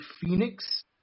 Phoenix